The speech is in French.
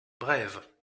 brève